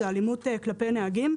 זה אלימות כלפי נהגים.